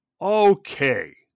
Okay